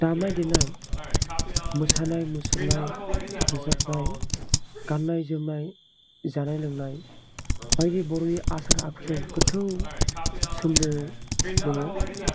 दामनाय देनाय मोसानाय मुसुरनाय रोजाबनाय गाननाय जोमनाय जानाय लोंनाय बायदि बर'नि आसार आखुजों गोथौ सोमोन्दो दङ